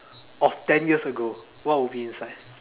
of ten years ago what would be inside